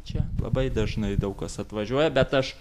čia labai dažnai daug kas atvažiuoja bet aš